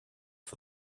for